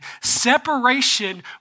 Separation